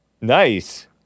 Nice